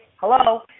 hello